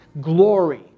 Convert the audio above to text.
glory